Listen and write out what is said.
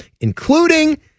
including